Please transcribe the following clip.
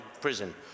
prison